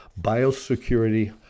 biosecurity